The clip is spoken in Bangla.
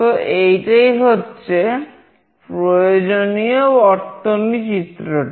তো এইটাই হচ্ছে প্রয়োজনীয় বর্তনী চিত্রটি